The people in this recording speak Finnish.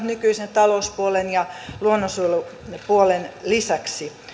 nykyisen talouspuolen ja luonnonsuojelupuolen lisäksi uutta niin sanottua kolmatta tasetta